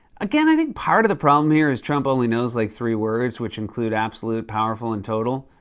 again, i think part of the problem here is, trump only knows like three words, which include absolute, powerful, and total.